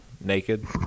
naked